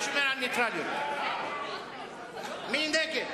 מי נגד?